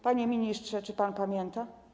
Panie ministrze, czy pan pamięta?